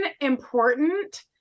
important